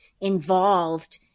involved